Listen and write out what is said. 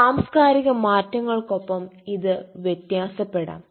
സാംസ്ക്കാരിക മാറ്റങ്ങൾക്കൊപ്പം ഇത് വ്യത്യാസപ്പെടാം